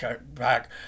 back